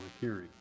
hearing